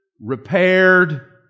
repaired